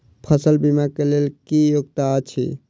फसल बीमा केँ लेल की योग्यता अछि?